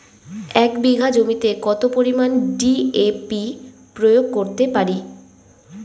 এক বিঘা জমিতে কত পরিমান ডি.এ.পি প্রয়োগ করতে পারি?